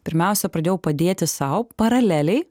pirmiausia pradėjau padėti sau paraleliai